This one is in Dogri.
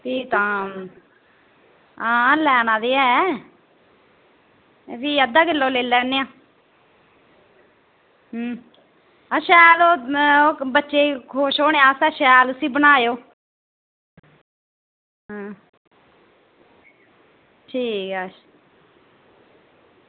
भी तां आं लैना ते ऐ ते भी अद्धा किलो लेई लैन्ने आं ते अच्छा ओह् बच्चे गी धोने आस्तै ओह् शैल उसी बनाएओ ठीक ऐ